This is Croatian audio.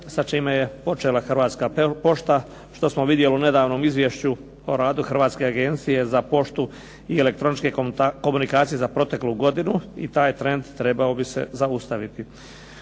sa čime je počela Hrvatska pošta, što smo vidjeli u nedavnom izvješću o radu Hrvatske agencije za poštu i elektroničke komunikacije za proteklu godinu. I taj je trend trebao bi se zaustaviti.